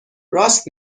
راست